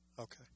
okay